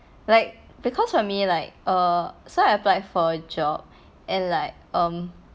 like because for me like err so I applied for a job and like um